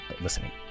listening